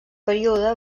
període